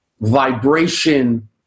vibration